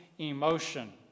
Emotion